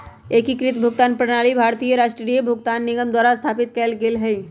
एकीकृत भुगतान प्रणाली भारतीय राष्ट्रीय भुगतान निगम द्वारा स्थापित कएल गेलइ ह